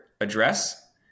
address